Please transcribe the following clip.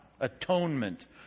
Atonement